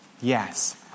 Yes